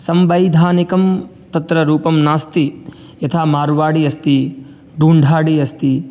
सांविधानिकं तत्र रूपं नास्ति यथा मार्वाडि अस्ति ढूण्ढाडि अस्ति